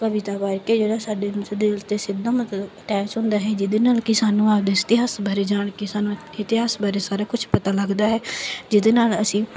ਕਵਿਤਾ ਪੜ੍ਹ ਕੇ ਜਿਹੜਾ ਸਾਡੇ ਦਿਲ ਅਤੇ ਸਿੱਧਾ ਮਤਲਬ ਅਟੈਚ ਹੁੰਦਾ ਸੀ ਜਿਹਦੇ ਨਾਲ ਕਿ ਸਾਨੂੰ ਆਪਦੇ ਇਤਿਹਾਸ ਬਾਰੇ ਜਾਣ ਕੇ ਸਾਨੂੰ ਇਤਿਹਾਸ ਬਾਰੇ ਸਾਰਾ ਕੁਝ ਪਤਾ ਲੱਗਦਾ ਹੈ ਜਿਹਦੇ ਨਾਲ ਅਸੀਂ